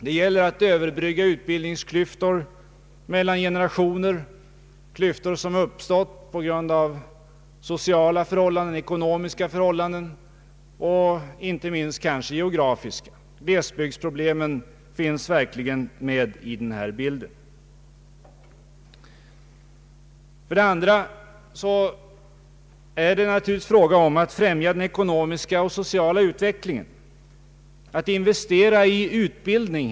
Det gäller att överbrygga utbildningsklyftor mellan generationerna, klyftor som uppstått på grund av sociala, ekonomiska och kanske inte minst geografiska förhållanden. Glesbygdsproblemen finns också med i denna bild. För det andra är det naturligtvis fråga om att främja den ekonomiska och sociala utvecklingen, helt enkelt att investera i utbildning.